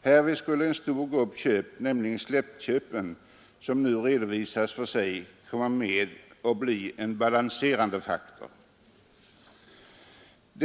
Härvid skulle en stor grupp köp, nämligen släktköpen, som nu redovisas för sig, komma med och bli en balanserande faktor.